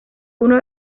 uno